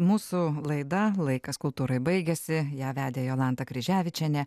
mūsų laida laikas kultūrai baigiasi ją vedė jolanta kryževičienė